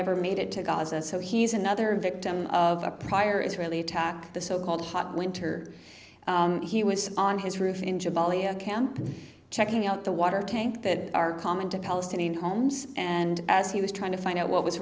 ever made it to gaza so he's another victim of a prior israeli attack the so called hot winter he was on his roof in jabalya camp checking out the water tank that are common to palestinian homes and as he was trying to find out what was